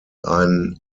ein